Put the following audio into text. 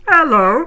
Hello